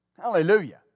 Hallelujah